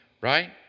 Right